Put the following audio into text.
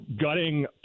gutting